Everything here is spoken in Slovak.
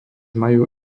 majú